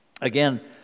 Again